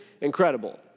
Incredible